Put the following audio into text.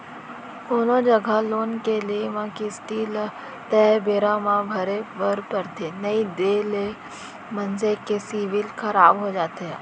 कोनो जघा लोन के लेए म किस्ती ल तय बेरा म भरे बर परथे नइ देय ले मनसे के सिविल खराब हो जाथे